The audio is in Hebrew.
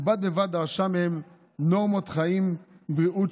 ובד בבד דרשה מהם נורמות חיים בריאות,